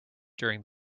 during